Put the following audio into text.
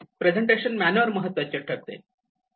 presentation manner महत्त्वाचे ठरते